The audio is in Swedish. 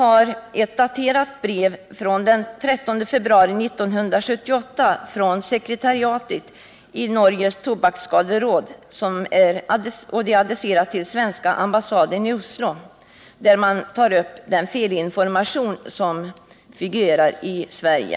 Jag har i min hand ett brev daterat den 13 februari 1978 från sekretariatet i Statens Tobakkskaderåd, adresserat till svenska ambassaden i Oslo, där man tar upp den felinformation som förekommer i Sverige.